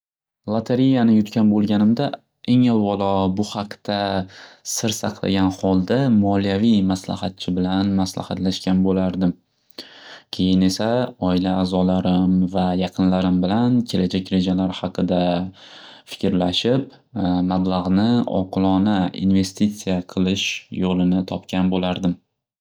Lotoreyani yutgan bo'lganimda eng avvalo bu haqda sir saqlagan holda moliyaviy maslahatchi bilan maslahatlashgan bo'lardim. Keyin esa, oila a'zolarim va yaqinlarim bilan kelajak rejalar haqida fikrlashib mablag'ni oqilona investitsiya qilish yo'lini topgan bo'lardim.